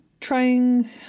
trying